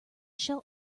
shall